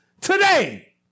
today